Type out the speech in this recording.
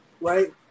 right